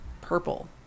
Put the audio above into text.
Purple